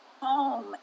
home